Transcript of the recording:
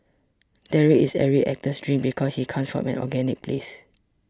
Derek is every actor's dream because he comes from such an organic place